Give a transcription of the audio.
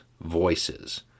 voices